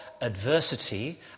adversity